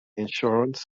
insurance